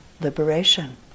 liberation